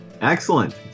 Excellent